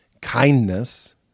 kindness